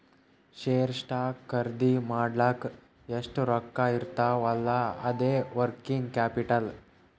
share, stock ಖರ್ದಿ ಮಾಡ್ಲಕ್ ಎಷ್ಟ ರೊಕ್ಕಾ ಇರ್ತಾವ್ ಅಲ್ಲಾ ಅದೇ ವರ್ಕಿಂಗ್ ಕ್ಯಾಪಿಟಲ್